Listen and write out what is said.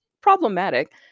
problematic